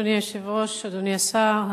אדוני היושב-ראש, אדוני השר,